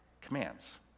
commands